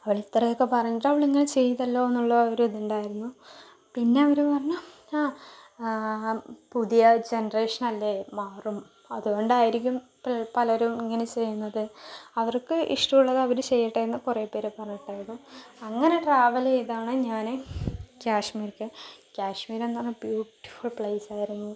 അവൾ ഇത്രയൊക്കെ പറഞ്ഞിട്ടും അവളിങ്ങനെ ചെയ്തല്ലോ എന്നുള്ള ഒരിതുണ്ടായിരുന്നു പിന്നെ അവർ പറഞ്ഞു ആ പുതിയ ജനറേഷൻ അല്ലേ മാറും അതുകൊണ്ടായിരിക്കും ഇപ്പം പലരും ഇങ്ങനെ ചെയ്യുന്നത് അവർക്ക് ഇഷ്ടമുള്ളത് അവർ ചെയ്യട്ടെയെന്ന് കുറേ പേർ പറഞ്ഞിട്ടുണ്ടായിരുന്നു അങ്ങനെ ട്രാവൽ ചെയ്താണ് ഞാൻ കാഷ്മീരിലേക്ക് കശ്മീരെന്നു പറഞ്ഞാൽ ബ്യുട്ടിഫുൾ പ്ളേസായിരുന്നു